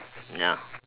ya